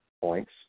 points